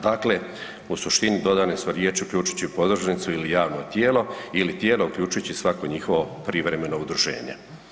Dakle, u suštini, dodane su riječi „uključujući podružnicu ili javno tijelo ili tijelo uključujući svako njihovo privremeno udruženje“